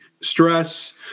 stress